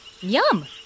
Yum